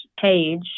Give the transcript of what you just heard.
page